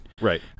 Right